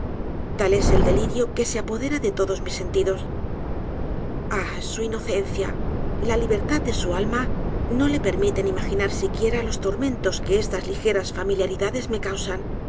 tal es el delirio que se apodera de lodos mis sentidos ah su inocencia la libertad de su alma no le permiten imaginar siquiera los tormentos que esf as ligeras familiaridades me